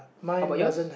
how about yours